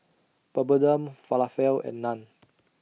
Papadum Falafel and Naan